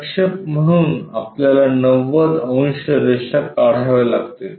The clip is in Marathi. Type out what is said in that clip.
प्रक्षेप म्हणून आपल्याला 90 अंश रेषा काढाव्या लागतील